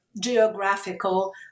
geographical